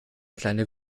kleine